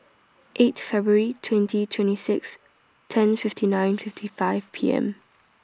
eight February twenty twenty six ten fifty nine fifty five P M